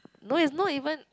no it's not even